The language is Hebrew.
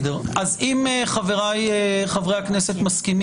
הוא ביזוי של שלטון החוק ופגיעה בסדר החברתי הבסיסי